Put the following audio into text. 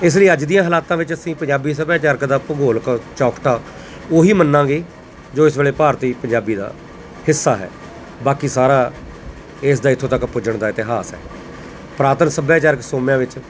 ਇਸ ਲਈ ਅੱਜ ਦੀਆਂ ਹਾਲਾਤਾਂ ਵਿੱਚ ਅਸੀਂ ਪੰਜਾਬੀ ਸੱਭਿਆਚਾਰ ਦਾ ਭੂਗੋਲਿਕ ਚੌਕਠਾ ਉਹੀ ਮੰਨਾਂਗੇ ਜੋ ਇਸ ਵੇਲੇ ਭਾਰਤੀ ਪੰਜਾਬੀ ਦਾ ਹਿੱਸਾ ਹੈ ਬਾਕੀ ਸਾਰਾ ਇਸ ਦਾ ਇੱਥੋਂ ਤੱਕ ਪੁੱਜਣ ਦਾ ਇਤਿਹਾਸ ਹੈ ਪੁਰਾਤਨ ਸੱਭਿਆਚਾਰਕ ਸੋਮਿਆਂ ਵਿੱਚ